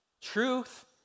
Truth